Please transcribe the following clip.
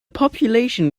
population